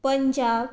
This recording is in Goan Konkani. पंजाब